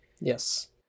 Yes